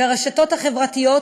והרשתות החברתיות,